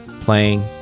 playing